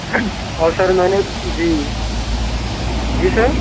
اور سر میں نے جی جی سر